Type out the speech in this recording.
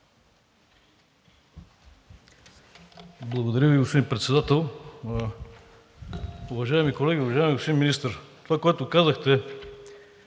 Благодаря Ви, господин Председател. Уважаеми колеги! Уважаеми господин Министър, това, което казахте